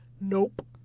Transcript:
Nope